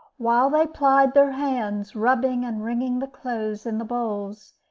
while they plied their hands, rubbing and wringing the clothes in the bowls,